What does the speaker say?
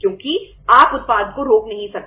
क्योंकि आप उत्पाद को रोक नहीं सकते